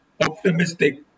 optimistic